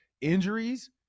Injuries